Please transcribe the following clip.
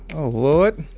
ah lord.